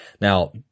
Now